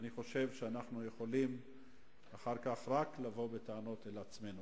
אני חושב שאנחנו יכולים אחר כך רק לבוא בטענות אל עצמנו,